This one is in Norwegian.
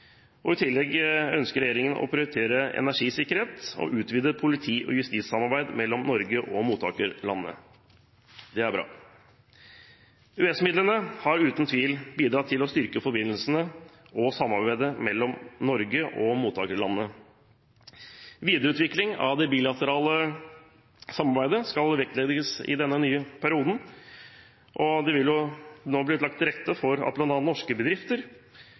utdanning. I tillegg ønsker regjeringen å prioritere energisikkerhet og å utvide politi- og justissamarbeid mellom Norge og mottakerlandene. Det er bra. EØS-midlene har uten tvil bidratt til å styrke forbindelsene og samarbeidet mellom Norge og mottakerlandene. Videreutvikling av det bilaterale samarbeidet skal vektlegges i denne nye perioden. Det vil nå bli lagt til rette for at bl.a. norske bedrifter,